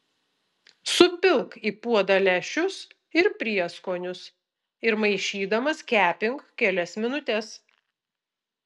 supilk į puodą lęšius ir prieskonius ir maišydamas kepink kelias minutes